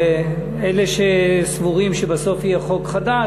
ואלה שסבורים שבסוף יהיה חוק חדש,